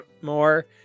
more